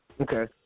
Okay